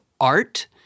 art